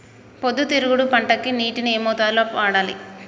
పొద్దుతిరుగుడు పంటకి నీటిని ఏ మోతాదు లో వాడాలి?